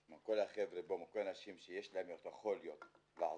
וליד: יש לי בקשה מכל האנשים שיש להם יכולת לעזור.